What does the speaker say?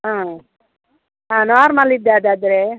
ಹಾಂ ಹಾಂ ನಾರ್ಮಲಿದ್ದಾದಾದರೆ